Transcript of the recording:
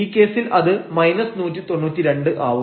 ഈ കേസിൽ അത് 192 ആവും